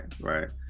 right